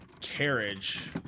carriage